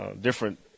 different